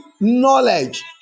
knowledge